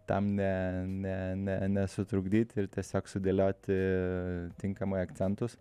tam ne ne ne nesutrukdyt ir tiesiog sudėlioti tinkamai akcentus